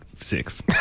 six